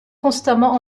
constamment